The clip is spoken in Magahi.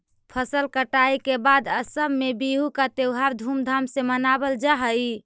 फसल कटाई के बाद असम में बिहू का त्योहार धूमधाम से मनावल जा हई